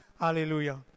Hallelujah